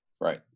Right